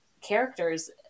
characters